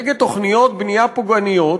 נגד תוכניות בנייה פוגעניות,